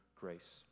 grace